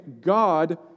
God